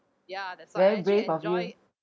very brave of you